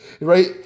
right